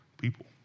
people